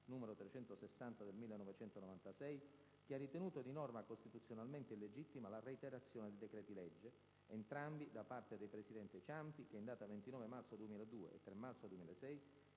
n. 360 del 1996 che ha ritenuto di norma costituzionalmente illegittima la reiterazione dei decreti-legge (entrambi da parte del Presidente Ciampi, che in data 29 marzo 2002 e 3 marzo 2006